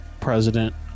President